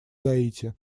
гаити